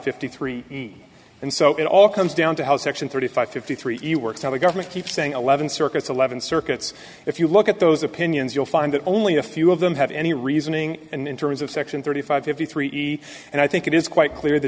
fifty three and so it all comes down to how section thirty five fifty three works how the government keeps saying eleven circuits eleven circuits if you look at those opinions you'll find that only a few of them have any reasoning and in terms of section thirty five fifty three easy and i think it is quite clear t